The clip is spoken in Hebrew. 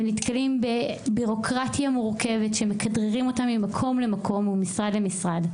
ונתקלים בבירוקרטיה מורכבת ומכדררים אותם ממקום למקום וממשרד למשרד.